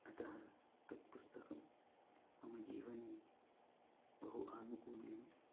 अतः तत् पुस्तकं मम जीवने बहु आनुकूल्यम्